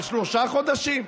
על שלושה חודשיים?